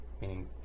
Meaning